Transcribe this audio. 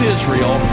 Israel